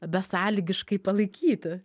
besąlygiškai palaikyti